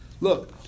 look